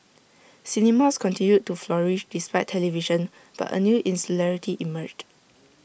cinemas continued to flourish despite television but A new insularity emerged